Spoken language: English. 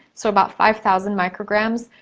so about five thousand micrograms.